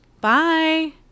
Bye